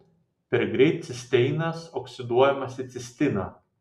per greit cisteinas oksiduojamas į cistiną